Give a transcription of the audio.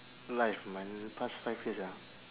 life my past five years ah